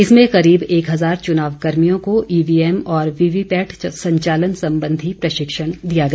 इसमें करीब एक हजार चुनाव कर्मियों को ईवीएम और वीवी पैट संचालने संबंधी प्रशिक्षण दिया गया